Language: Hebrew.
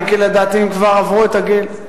אם כי לדעתי הם כבר עברו את הגיל,